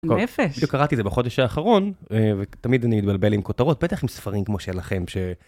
נפש. בדיוק קראתי את זה בחודש האחרון, ו... תמיד אני מתבלבל עם כותרות, בטח עם ספרים כמו שלכם ש...